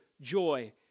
joy